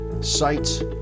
sites